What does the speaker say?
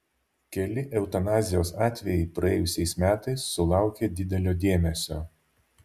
keli eutanazijos atvejai praėjusiais metais sulaukė didelio dėmesio